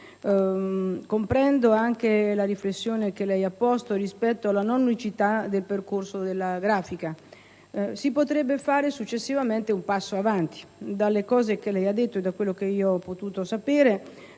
Comprendo anche la riflessione che il Sottosegretario ha posto rispetto alla non unicità del percorso della grafica. Si potrebbe fare successivamente un passo avanti. Dalle cose che il Sottosegretario ha detto e da quello che ho potuto sapere,